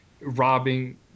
robbing